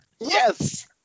Yes